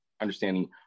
understanding